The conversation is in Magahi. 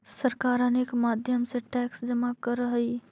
सरकार अनेक माध्यम से टैक्स जमा करऽ हई